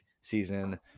season